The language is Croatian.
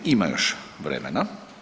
Ima još vremena.